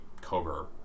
Cobra